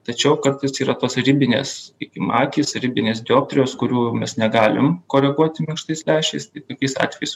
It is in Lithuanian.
tačiau kartais yra tos ribinės sakykim akys ribinės dioptrijos kurių mes negalim koreguoti minkštais lęšiais tai tokiais atvejais